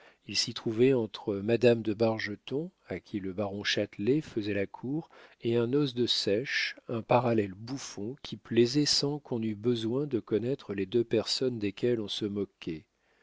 il s'y trouvait entre madame de bargeton à qui le baron châtelet faisait la cour et un os de seiche un parallèle bouffon qui plaisait sans qu'on eût besoin de connaître les deux personnes desquelles on se moquait